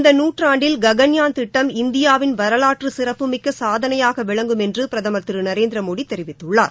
இந்த நூற்றாண்டில் ககன்யான் திட்டம் இந்தியாவின் வரலாற்று சிறப்புமிக்க சாதனையாக விளங்கும் என்று பிரதமர் திரு நரேந்திரமோடி தெரிவித்துள்ளார்